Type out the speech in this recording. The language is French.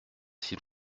s’il